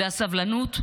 והסבלנות,